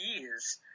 years